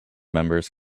members